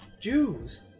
Jews